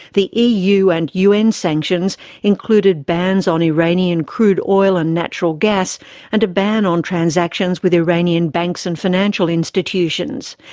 the eu and un sanctions included bans on iranian crude oil and natural gas and a ban on transactions with iranian banks and financial institutions.